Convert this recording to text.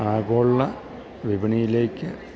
ആഗോള വിപണിയിലേക്ക്